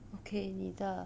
okay 你的